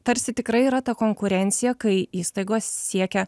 tarsi tikrai yra ta konkurencija kai įstaigos siekia